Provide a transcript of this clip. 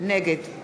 נגד